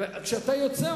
וכשאתה יוצא,